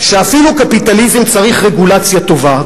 שאפילו קפיטליזם צריך רגולציה טובה,